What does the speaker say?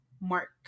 Mark